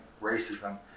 racism